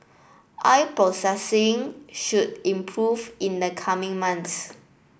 oil processing should improve in the coming month